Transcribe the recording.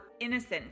innocent